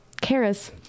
Kara's